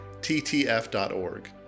ttf.org